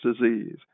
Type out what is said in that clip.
disease